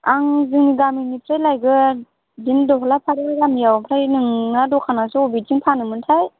आं जों गामिनिफ्राय लायगोन जोंनि दबलाफारि गामियाव ओमफ्राय नोंना दखानासो बबेथिं फानोमोनथाय